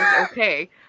okay